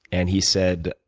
and he said,